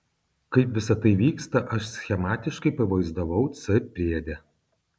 kaip visa tai vyksta aš schematiškai pavaizdavau c priede